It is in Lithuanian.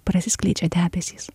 prasiskleidžia debesys